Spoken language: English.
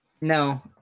no